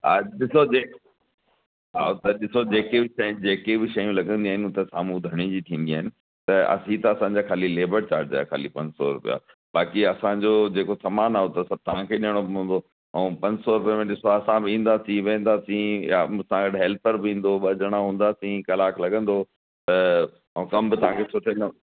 हा ॾिसो जे हा त ॾिसो जेके बि शयूं जेके बि शयूं लॻंदियूं आहिनि उहो त साम्हूं धणी जी थींदी आहिनि असीं त असां जा ख़ाली लेबर चार्ज या खाली पंज सौ रुपया बाक़ी असांजो जेको समानु आहे उहो त सभु तव्हांखे ॾियणो पवंदो ऐं पंज सौ रुपए में ॾिसो असां बि ईंदासीं वेंदासीं या मूं सां गॾु हेल्पर बि ईंदो ॿ ॼणा हूंदासीं कलाकु लॻंदो त ऐं कमु बि तव्हांखे सुठे नमू